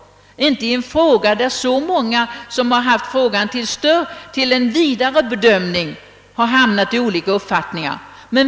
Vi kan inte ta ställning i en fråga, där så många instanser har haft frågan till en vidare bedömning och kommit till olika uppfattningar.